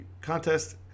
contest